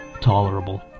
tolerable